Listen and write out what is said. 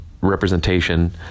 representation